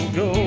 go